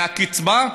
מהקצבה,